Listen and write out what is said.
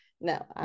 no